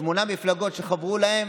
שמונה מפלגות שחברו להן